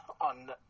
on